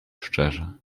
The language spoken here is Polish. szczerze